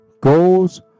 goals